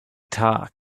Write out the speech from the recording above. talk